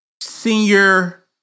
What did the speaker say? senior